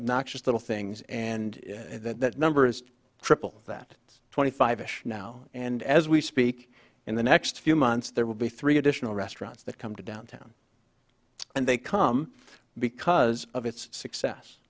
obnoxious little things and that number is triple that it's twenty five ish now and as we speak in the next few months there will be three additional restaurants that come to downtown and they come because of its success